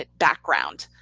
ah background.